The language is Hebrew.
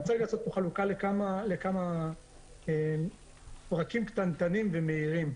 אני רוצה לעשות חלוקה לכמה פרקים קטנים ומהירים.